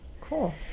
Cool